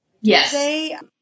Yes